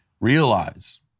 realize